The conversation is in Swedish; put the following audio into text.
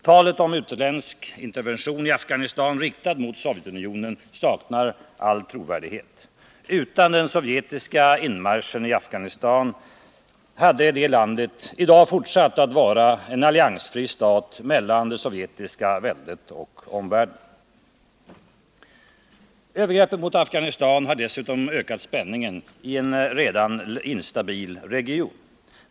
Talet om utländsk intervention i Afghanistan riktad mot Sovjetunionen saknar all trovärdighet. Utan den sovjetiska inmarschen i Afghanistan hade det landet i dag fortsatt att vara en alliansfri stat mellan det sovjetiska väldet och omvärlden. Övergreppet mot Afghanistan har dessutom ökat spänningen i en redan instabil region.